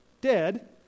dead